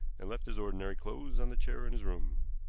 and left his ordinary clothes on the chair in his room.